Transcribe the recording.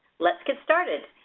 let's get started.